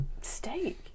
steak